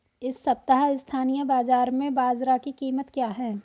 इस सप्ताह स्थानीय बाज़ार में बाजरा की कीमत क्या है?